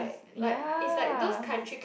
ya